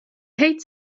hate